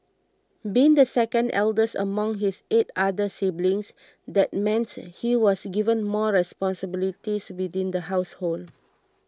being the second eldest among his eight other siblings that meant he was given more responsibilities within the household